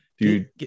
dude